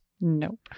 Nope